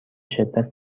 شدت